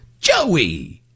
Joey